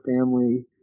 family